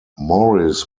morris